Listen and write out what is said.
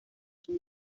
son